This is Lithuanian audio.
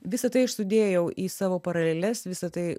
visa tai aš sudėjau į savo paraleles visa tai